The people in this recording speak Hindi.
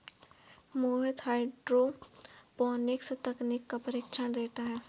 मोहित हाईड्रोपोनिक्स तकनीक का प्रशिक्षण देता है